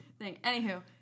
Anywho